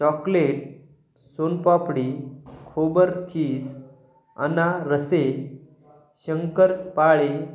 chocolate soan papdi खोबरकीस अनारसे शंकरपाळे